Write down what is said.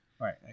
Right